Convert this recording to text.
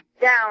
down